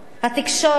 התקשורת,